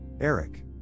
Eric